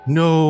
no